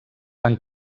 van